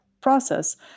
process